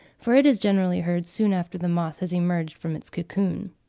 for it is generally heard soon after the moth has emerged from its cocoon.